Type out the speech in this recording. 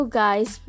guys